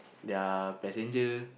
their passenger